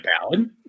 ballad